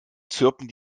zirpen